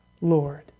Lord